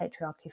patriarchy